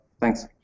Thanks